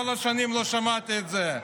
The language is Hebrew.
כל השנים לא שמעתי את זה.